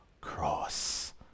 cross